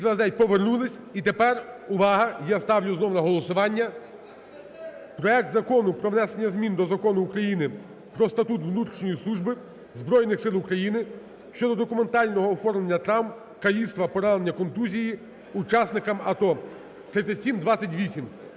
За-229 Повернулись. І тепер, увага, я ставлю знову на голосування проект Закону про внесення змін до Закону України "Про статут внутрішньої служби Збройних Сил України" (щодо документального оформлення травм, каліцтва, поранення, контузії учасникам АТО) (3728)